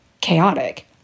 chaotic